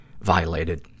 violated